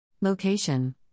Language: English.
Location